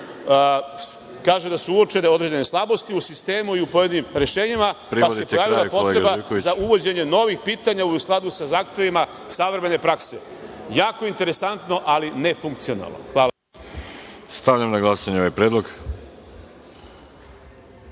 kaže da su uočene određene slabosti u sistemu i pojedinim rešenjima, pa se pojavila potreba za uvođenje novih pitanja u skladu sa zahtevima savremene prakse. Jako interesantno, ali nefunkcionalno. Hvala. **Veroljub Arsić** Stavljam na glasanje ovaj predlog. Molim